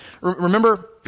Remember